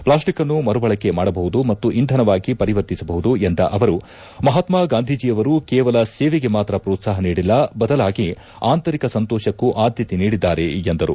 plastic ಅನ್ನು ಮರುಬಳಕೆ ಮಾಡಬಹುದು ಮತ್ತು ಇಂಧನವಾಗಿ ಪರಿವರ್ತಿಸಬಹುದು ಎಂದ ಅವರು ಮಹಾತ್ಮ ಗಾಂಧಿಯವರು ಕೇವಲ ಸೇವೆಗೆ ಮಾತ್ರ ಪ್ರೋತ್ಸಾಹ ನೀಡಿಲ್ಲ ಬದಲಾಗಿ ಆಂತರಿಕ ಸಂತೋಷಕ್ಕೂ ಆದ್ಯತೆ ನೀಡಿದ್ದಾರೆ ಎಂದರು